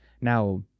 Now